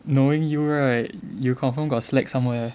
knowing you right you confirm got slack somewhere